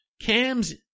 Cam's